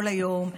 כל היום,